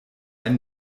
ein